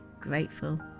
grateful